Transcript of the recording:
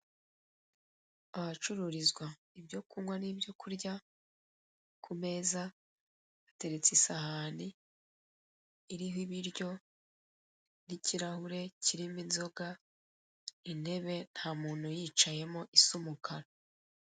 Ahacururizwa ibyo kunywa n'ibyo ku meza hateretse isahani iriho ibiryo n'ikirahure kirimo inzoga, intebe ntamuntu uyicayemo isa umukara.